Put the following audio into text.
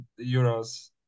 euros